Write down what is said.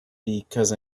because